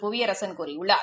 புவியரசன் கூறியுள்ளார்